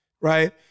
right